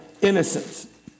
innocence